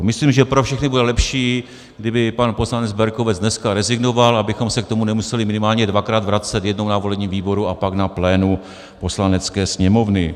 Myslím, že pro všechny bude lepší, kdyby pan poslanec Berkovec dneska rezignoval, abychom se k tomu nemuseli minimálně dvakrát vracet jednou na volebním výboru a pak na plénu Poslanecké sněmovny.